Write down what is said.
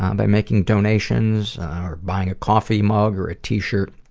um by making donations or buying a coffee mug, or a t-shirt.